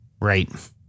Right